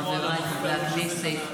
חבריי חברי הכנסת,